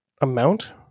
amount